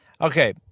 okay